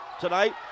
tonight